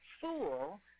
fool